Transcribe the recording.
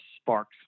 sparks